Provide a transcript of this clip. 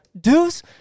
deuce